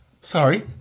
Sorry